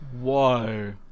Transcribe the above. Whoa